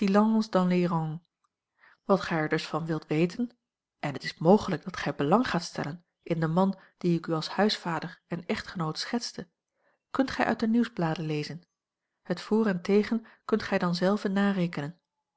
les rangs wat gij er dus van wilt weten en het is mogelijk dat gij belang gaat stellen in den man dien ik u als huisvader en echtgenoot schetste kunt gij uit de nieuwsbladen lezen het voor en tegen kunt gij dan zelve narekenen